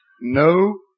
No